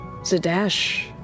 Zadash